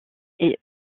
est